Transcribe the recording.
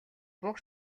буг